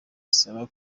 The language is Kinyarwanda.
zisaba